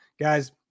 Guys